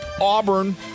Auburn